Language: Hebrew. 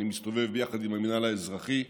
אני מסתובב יחד עם המינהל האזרחי.